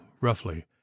roughly